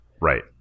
Right